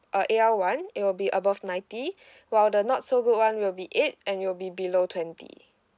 uh A _L one it will above ninety while the not so good [one] will be eight and it will be below twenty